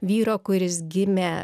vyro kuris gimė